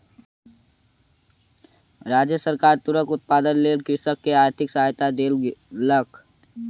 राज्य सरकार तूरक उत्पादनक लेल कृषक के आर्थिक सहायता देलक